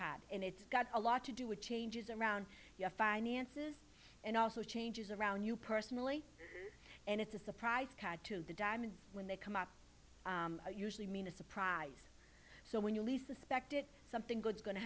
cab and it's got a lot to do with changes around your finances and also changes around you personally and it's a surprise to the diamond when they come up usually mean a surprise so when you least expect it something good is going to